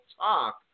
talk